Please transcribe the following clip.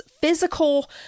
physical